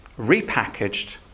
repackaged